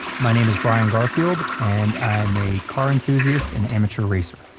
my name is brian garfield and i am a car enthusiast and amateur racer.